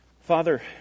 Father